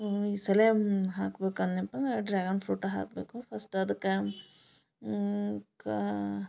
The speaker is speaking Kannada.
ಈ ಸಲ್ಯಮ್ ಹಾಕ್ಬೇಕು ಅನ್ಯಪ್ಪ ಅಂದ್ರ ಆ ಡ್ರ್ಯಾಗನ್ ಫ್ರೂಟ ಹಾಕ್ಬೇಕು ಫಸ್ಟ್ ಅದಕ ಕ